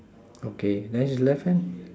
okay then he left hand